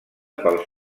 pels